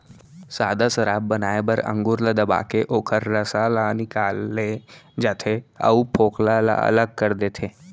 सादा सराब बनाए बर अंगुर ल दबाके ओखर रसा ल निकाल ले जाथे अउ फोकला ल अलग कर देथे